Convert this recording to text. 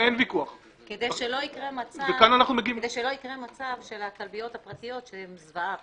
כדי שלא יקרה מצב שהכלביות הפרטיות הן זוועה,